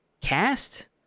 Cast